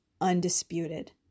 undisputed